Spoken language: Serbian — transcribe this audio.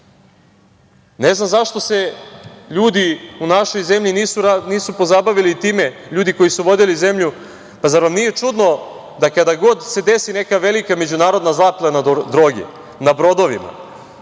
Ne znam zašto se ljudi u našoj zemlji nisu pozabavili time, ljudi koji su vodili zemlju? Kako vam nije čudno da kada god se desi neka velika međunarodna zaplena droge na brodovima